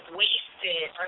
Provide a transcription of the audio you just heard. wasted